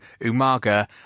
Umaga